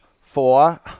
four